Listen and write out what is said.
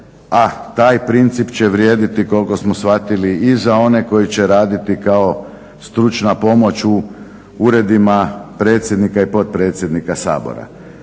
A, taj princip će vrijediti, koliko smo shvatili i za one koji će raditi kao stručna pomoć u uredima predsjednika i potpredsjednika Sabora.